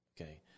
Okay